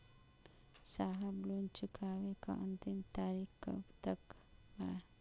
साहब लोन चुकावे क अंतिम तारीख कब तक बा?